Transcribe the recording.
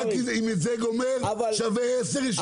אם את זה גומר, שווה עשר ישיבות.